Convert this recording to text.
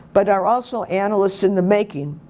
but are also analysts in the making.